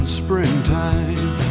springtime